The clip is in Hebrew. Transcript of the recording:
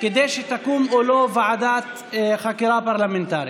כדי שתקום או לא ועדת חקירה פרלמנטרית.